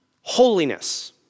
holiness